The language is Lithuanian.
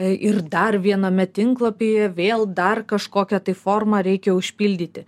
ir dar viename tinklapyje vėl dar kažkokią tai formą reikia užpildyti